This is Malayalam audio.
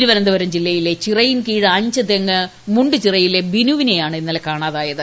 തിരുവനന്തപുരം ജില്ലയിലെ ചിറയിൻകീഴ് അഞ്ചുതെങ്ങ് മുണ്ടു ചിറയിലെ ബിനുവിനെയാണ് ഇന്നലെ കാണാതായത്